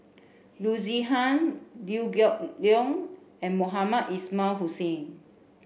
Loo Zihan Liew Geok Leong and Mohamed Ismail Hussain